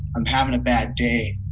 i'm havin' a bad day.